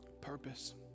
purpose